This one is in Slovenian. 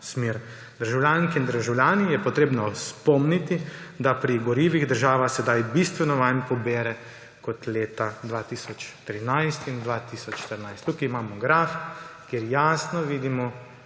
smer. Državljanke in državljane je treba spomniti, da pri gorivih država sedaj bistveno manj pobere kot leta 2013 in 2014. Tukaj imamo graf, kjer jasno vidimo,